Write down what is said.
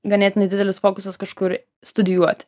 ganėtinai didelis fokusas kažkur studijuot